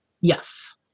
Yes